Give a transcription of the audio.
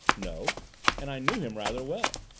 no and i knew him rather well.